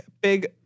big